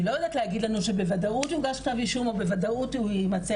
היא לא יודעת להגיד לנו שבוודאות יוגש כתב אישום או שבוודאות יואשם,